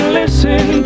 listen